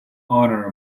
honour